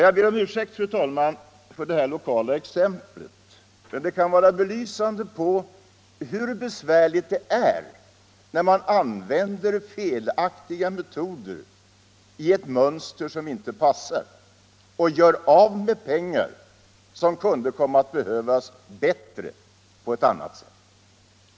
Jag ber om ursäkt, fru talman, för att jag anfört det här lokala exemplet, men det kan belysa hur besvärligt det är när man genom att använda felaktiga metoder får ett mönster som inte passar och gör av med pengar som kunde behövas bättre i ett annat fall.